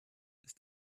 ist